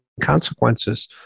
consequences